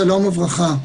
שלום וברכה.